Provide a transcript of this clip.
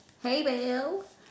hey bill